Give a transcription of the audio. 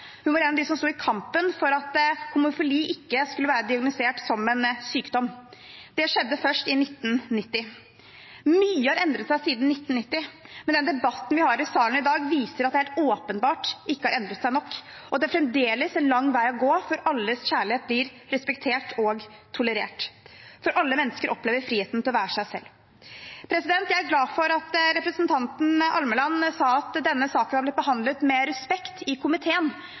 var en av de som sto i kampen for at homofili ikke skulle være diagnostisert som en sykdom. Det skjedde først i 1990. Mye har endret seg siden 1990, men den debatten vi har i salen i dag, viser at det helt åpenbart ikke har endret seg nok, og det er fremdeles en lang vei å gå før alles kjærlighet blir respektert og tolerert, før alle mennesker opplever friheten til å være seg selv. Jeg er glad for at representanten Almeland sa at denne saken har blitt behandlet med respekt i komiteen.